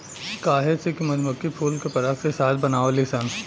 काहे से कि मधुमक्खी फूल के पराग से शहद बनावेली सन